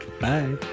Bye